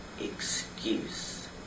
excuse